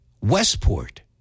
Westport